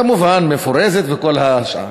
כמובן מפורזת וכל השאר.